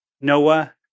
Noah